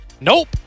Nope